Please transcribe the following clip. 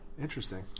interesting